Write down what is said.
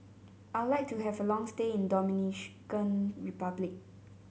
I would like to have a long stay in Dominican Republic